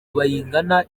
bayingana